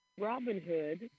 Robinhood